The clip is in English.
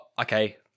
okay